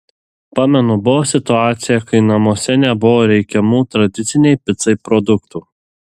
pamenu buvo situacija kai namuose nebuvo reikiamų tradicinei picai produktų